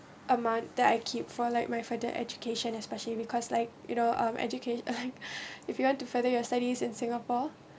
amount that I keep for like my further education especially because like you know um education like if you want to further your studies in singapore